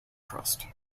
trust